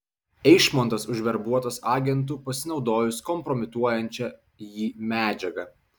eišmontas užverbuotas agentu pasinaudojus kompromituojančia jį medžiaga